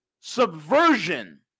subversion